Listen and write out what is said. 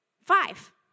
Five